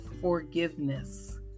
forgiveness